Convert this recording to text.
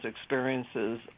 experiences